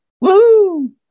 Woo